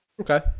Okay